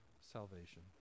salvation